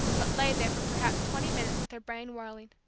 but lay there for perhaps twenty minutes with her brain whirling.